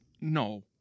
no